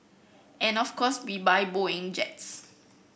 and of course we buy Boeing jets